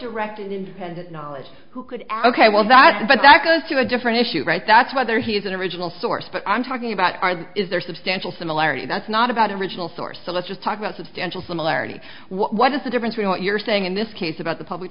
directed independent knowledge who could add ok well that but that goes to a different issue right that's whether he has an original source but i'm talking about are there is there substantial similarity that's not about original source so let's just talk about substantial similarity what is the difference in what you're saying in this case about the public